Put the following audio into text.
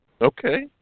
Okay